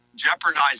Jeopardize